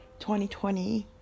2020